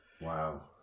Wow